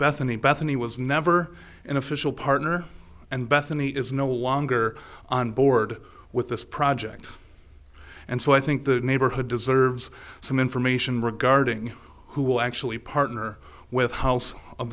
bethany bethany was never an official partner and bethany is no longer on board with this project and so i think the neighborhood deserves some information regarding who will actually partner with house of